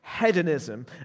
hedonism